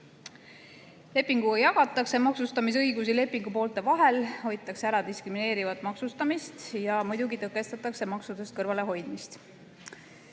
Lepinguga jagatakse maksustamisõigus lepingupoolte vahel, hoitakse ära diskrimineeriv maksustamine ja muidugi tõkestatakse maksudest kõrvalehoidmist.